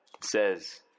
says